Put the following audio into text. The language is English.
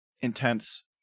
intense